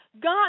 God